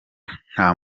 nta